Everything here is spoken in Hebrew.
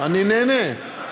אני נהנה.